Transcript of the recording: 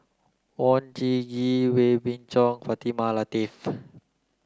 Oon Jin Gee Wee Beng Chong Fatimah Lateef